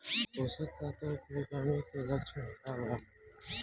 पोषक तत्व के कमी के लक्षण का वा?